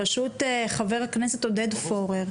בראשות חבר הכנסת עודד פורר,